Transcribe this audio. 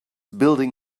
building